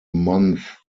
month